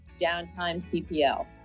downtimecpl